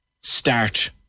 start